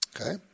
okay